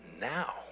now